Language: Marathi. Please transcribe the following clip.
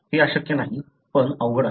हे अशक्य नाही पण अवघड आहे